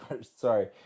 sorry